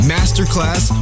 Masterclass